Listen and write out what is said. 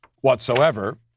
whatsoever